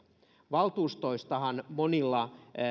valtuustoistahan monilla